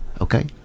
Okay